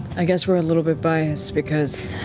i guess we're a little bit biased because